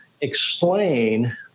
explain